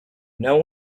know